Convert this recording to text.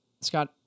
Scott